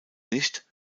nicht